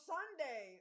Sunday